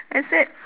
I said